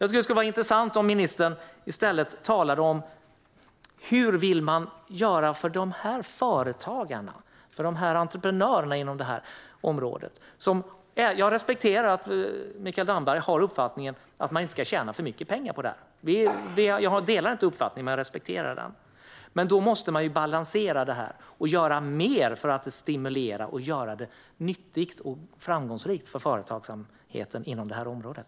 Det vore intressant om ministern i stället talar om hur regeringen vill göra för företagarna och entreprenörerna inom detta område. Jag respekterar att Mikael Damberg har uppfattningen att man inte ska tjäna för mycket pengar på detta. Jag delar den inte, men jag respekterar den. Men då måste man balansera detta och göra mer för att stimulera och göra det nyttigt och framgångsrikt för företagsamheten inom området.